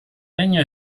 legno